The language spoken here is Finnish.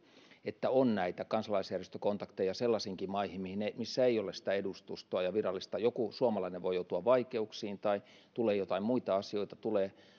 että on näitä kansalaisjärjestökontakteja sellaisiinkin maihin missä ei ole sitä virallista edustustoa joku suomalainen voi joutua vaikeuksiin tai tulee jotain muita asioita tulee